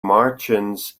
martians